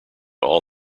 all